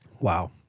Wow